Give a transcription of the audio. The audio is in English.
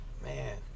man